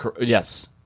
Yes